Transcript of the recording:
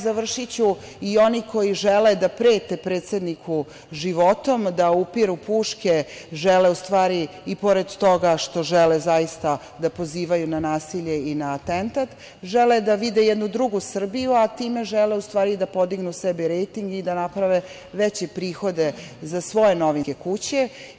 Završiću, i oni koji žele da prete predsedniku životom, da upiru puške i pored toga što žele zaista da pozivaju na nasilje i na atentat, žele da vide jednu drugu Srbiju, a time žele u stvari da podignu sebi rejting i da naprave veće prihode za svoje novinske kuće.